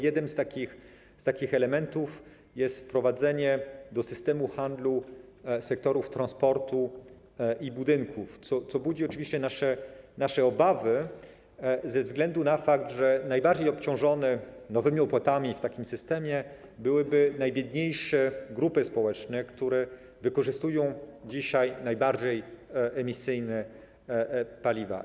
Jednym z takich elementów jest wprowadzenie do systemu handlu sektorów transportu i budynków, co budzi oczywiście nasze obawy ze względu na fakt, że najbardziej obciążone nowymi opłatami w takim systemie byłyby najbiedniejsze grupy społeczne, które wykorzystują dzisiaj najbardziej emisyjne paliwa.